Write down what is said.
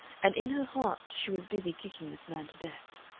and in her heart she was busy kicking this man to death.